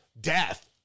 Death